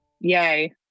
Yay